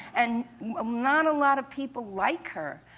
and not a lot of people like her.